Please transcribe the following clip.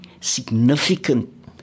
significant